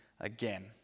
again